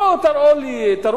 מה הם עושים להם?